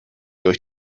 durch